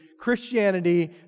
Christianity